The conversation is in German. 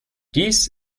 dies